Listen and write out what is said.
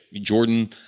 Jordan